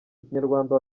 kinyarwanda